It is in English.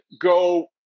go